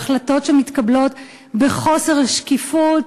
על החלטות שמתקבלות בחוסר שקיפות,